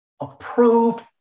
Approved